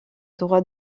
droit